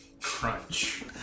Crunch